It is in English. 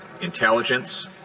intelligence